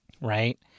right